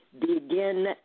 begin